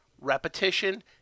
repetition